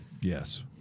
Yes